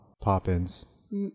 Poppins